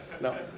No